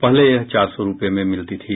पहले यह चार सौ रुपये में मिलती थी